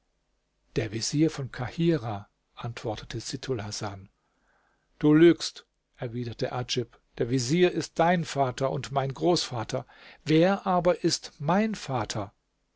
der vezier von kahirah antwortete sittulhasan du lügst erwiderte adjib der vezier ist dein vater und mein großvater wer aber ist mein vater